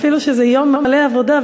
ואפילו שזה יום מלא עבודה,